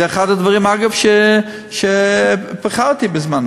זה אחד הדברים, אגב, שפחדתי לגביהם